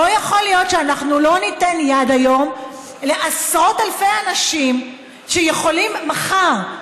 לא יכול להיות שאנחנו לא ניתן יד היום לעשרות אלפי אנשים שיכולים מחר,